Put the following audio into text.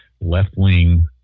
left-wing